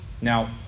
Now